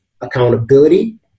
accountability